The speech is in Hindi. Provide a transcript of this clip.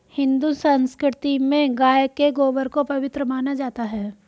हिंदू संस्कृति में गाय के गोबर को पवित्र माना जाता है